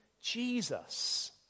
Jesus